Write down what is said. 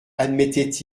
admettait